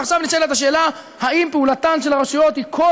ועכשיו נשאלת השאלה אם פעולתן של הרשויות היא כה